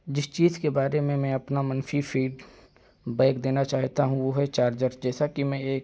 جس چیز کے بارے میں میں اپنا منفی فیڈ بیک دینا چاہتا ہوں وہ ہے چارجر جیسا کہ میں ایک